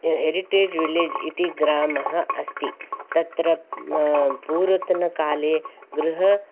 heritage village इति ग्रामः अस्ति तत्र पूर्वतनकाले गृहम्